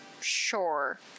Sure